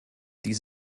die